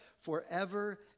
forever